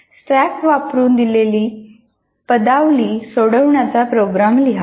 • stack वापरून दिलेली पदावली सोडवण्याचा प्रोग्राम लिहा